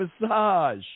massage